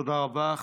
תודה רבה.